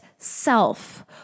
self